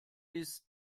ist